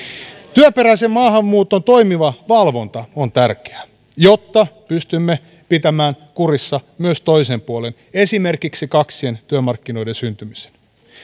työperäisen maahanmuuton toimiva valvonta on tärkeää jotta pystymme pitämään kurissa myös toisen puolen esimerkiksi kaksien työmarkkinoiden syntymisen